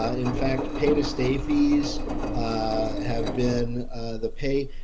ah in fact, pay to stay fees have been the pay,